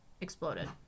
exploded